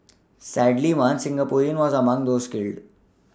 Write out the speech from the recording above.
sadly one Singaporean was among those killed